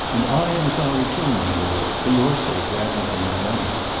and i am sorry too, my lord for your sake rather than my own.